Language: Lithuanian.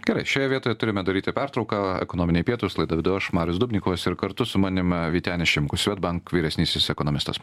gerai šioje vietoje turime daryti pertrauką ekonominiai pietūs laidą vedu aš marius dubnikovas ir kartu su manim vytenis šimkus swedbank vyresnysis ekonomistas